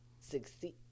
succeed